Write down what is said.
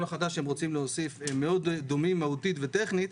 החדש שרוצים להוסיף מאוד דומים מהותית וטכנית,